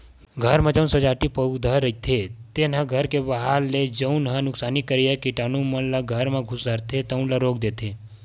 घर म जेन सजावटी पउधा रहिथे तेन ह घर के बाहिर ले जउन ह नुकसानी करइया कीटानु मन ल घर म खुसरथे तउन ल रोक देथे